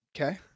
Okay